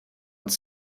uns